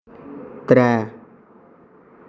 त्रै